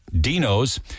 Dino's